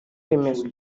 remezo